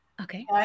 okay